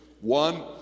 One